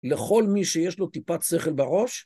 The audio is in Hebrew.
לכל מי שיש לו טיפת שכל בראש.